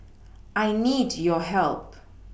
I need your help